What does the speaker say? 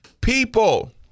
People